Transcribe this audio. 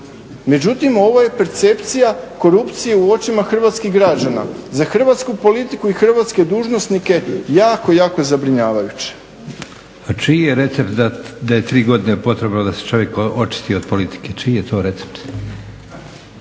međutim ovo je percepcija korupcije u očima hrvatskim građana. Za hrvatsku politiku i hrvatske dužnosnike jako, jako zabrinjavajuće. **Leko, Josip (SDP)** A čiji je recept za te 3 godine potrebno da se čovjek očisti od politike? Čiji je to recept?